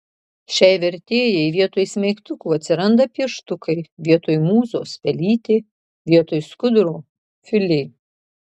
šiai vertėjai vietoj smeigtukų atsiranda pieštukai vietoj mūzos pelytė vietoj skuduro filė